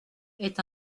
est